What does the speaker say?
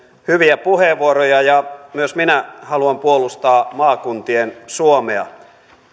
hyviä puheenvuoroja ja myös minä haluan puolustaa maakuntien suomea